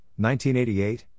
1988